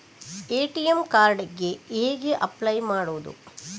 ATM card ಗೆ ಹೇಗೆ apply ಮಾಡುವುದು?